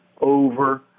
over